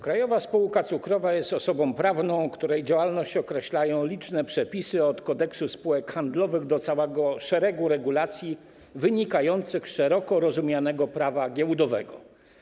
Krajowa Spółka Cukrowa jest osobą prawną, której działalność określają liczne przepisy od Kodeksu spółek handlowych do całego szeregu regulacji wynikających z szeroko rozumianego Prawa giełdowego.